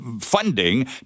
funding